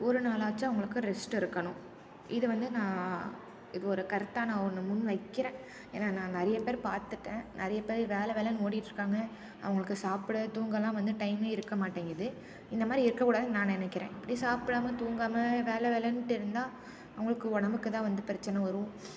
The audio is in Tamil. ஒரு நாளாச்சும் அவங்களுக்கு ரெஸ்ட் இருக்கணும் இது வந்து நான் இது ஒரு கருத்தாக நான் ஒன்று முன் வைக்கிறேன் ஏன்னா நான் நிறைய பேர் பார்த்துட்டேன் நிறைய பேர் வேலை வேலைனு ஓடிகிட்டுருக்காங்க அவங்களுக்கு சாப்பிட தூங்கலாம் வந்து டைம்மே இருக்கமாட்டேங்குது இந்தமாதிரி இருக்கக்கூடாதுனு நான் நினைக்கிறேன் இப்படி சாப்பிடாமல் தூங்காமல் வேலை வேலைன்ட்டு இருந்தால் அவங்களுக்கு உடம்புக்குதான் வந்து பிரச்சனை வரும்